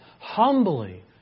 humbly